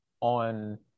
on